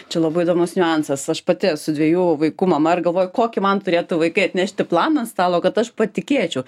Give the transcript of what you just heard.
čia labai įdomus niuansas aš pati esu dviejų vaikų mama ir galvoju kokį man turėtų vaikai atnešti planą ant stalo kad aš patikėčiau